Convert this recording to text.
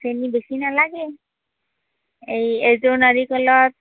চেনী বেছি নালাগে এই এযোৰ নাৰিকলত